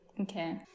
okay